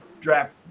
draft